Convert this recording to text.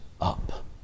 up